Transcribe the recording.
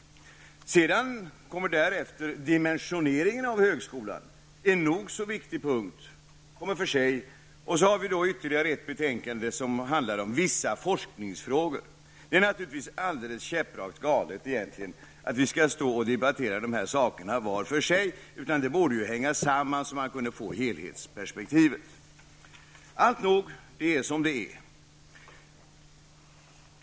Därefter kommer dimensioneringen av högskolan, en nog så viktig punkt. Den behandlas för sig, och därutöver har vi ytterligare ett betänkande som handlar om vissa forskningsfrågor. Det är naturligtvis alldeles käpprätt galet att vi skall stå och debattera dessa frågor var för sig. De borde ju hänga samman så att man får helhetsperspektivet. Alltnog, det är som det är.